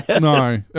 No